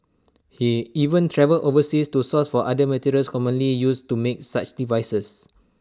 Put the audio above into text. he even travelled overseas to source for other materials commonly used to make such devices